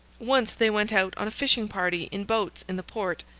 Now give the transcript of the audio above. once they went out on a fishing-party, in boats, in the port.